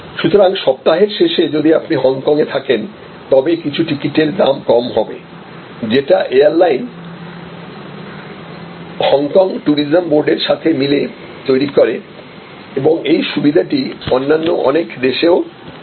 সুতরাংসপ্তাহের শেষে যদি আপনি হংকংয়ে থাকেন তবে কিছু টিকিটের দাম কম হবে যেটা এয়ারলাইন হংকং ট্যুরিজম বোর্ডের সাথে মিলে তৈরি করে এবং এই সুবিধাটি অন্যান্য অনেক দেশে ও প্রযোজ্য